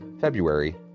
February